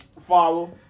Follow